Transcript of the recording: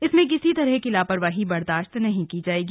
इसमें किसी तरह की लापरवाही बर्दाश्त नहीं की जाएगी